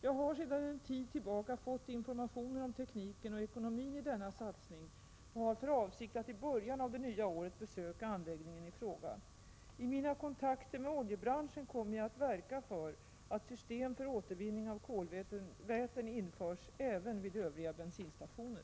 Jag har sedan en tid tillbaka fått informationer om tekniken och ekonomin i denna satsning som har för avsikt att i början av det nya året besöka anläggningen i fråga. I mina kontakter med oljebranschen kommer jag att verka för att systemet för återvinning av kolväten införs även vid övriga bensinstationer.